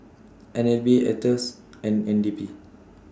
N L B Aetos and N D P